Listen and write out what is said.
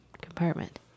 compartment